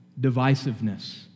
Divisiveness